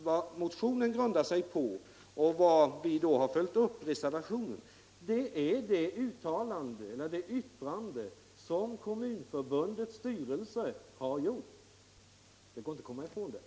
Vad motionen grundar sig på och vad vi har följt upp i reservationen är det yttrande som Kommunförbundets styrelse har avgivit. Det går inte att komma ifrån detta.